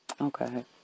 Okay